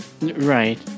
Right